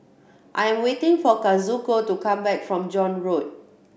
I am waiting for Kazuko to come back from John Road